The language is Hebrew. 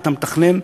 את המתכנן,